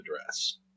address